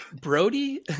brody